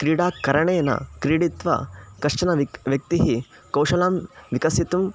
क्रीडाकरणेन क्रीडित्वा कश्चन व्यक्तिः व्यक्तिः कौशलान् विकसितुं